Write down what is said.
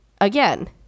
again